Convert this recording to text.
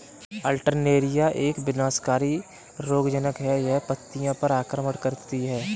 Alternaria एक विनाशकारी रोगज़नक़ है, यह पत्तियों पर आक्रमण करती है